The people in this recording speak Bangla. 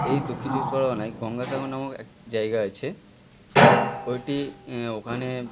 এই দক্ষিণ চব্বিশ পরগনায় গঙ্গাসাগর নামক এক জায়গা আছে ওইটি ওখানে